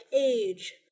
age